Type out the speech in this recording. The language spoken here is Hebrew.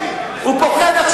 פוחד.